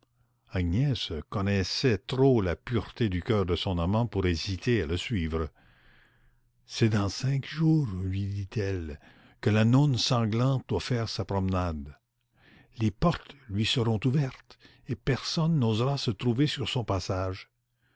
agnès connaissait trop la pureté du coeur de son amant pour hésiter à le suivre c'est dans cinq jours lui dit-elle que la nonne sanglante doit faire sa promenade les portes lui seront ouvertes et personne n'osera se trouver sur son passage